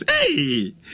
Hey